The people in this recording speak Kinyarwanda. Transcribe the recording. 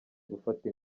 gufata